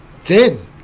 thin